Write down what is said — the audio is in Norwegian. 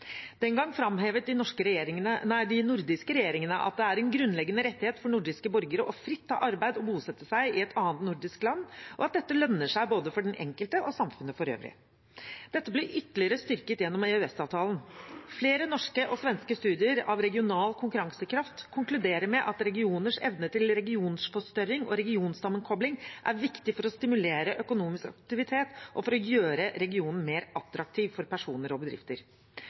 Den gang framhevet de nordiske regjeringene at det er en grunnleggende rettighet for nordiske borgere fritt å ta arbeid og bosette seg i et annet nordisk land, og at dette lønner seg både for den enkelte og for samfunnet for øvrig. Dette ble ytterligere styrket gjennom EØS-avtalen. Flere norske og svenske studier av regional konkurransekraft konkluderer med at regioners evne til regionforstørring og regionsammenkobling er viktig for å stimulere økonomisk aktivitet, og for å gjøre regionen mer attraktiv for personer og bedrifter.